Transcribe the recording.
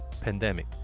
pandemic